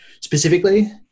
specifically